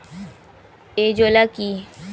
Azolla কি?